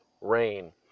rain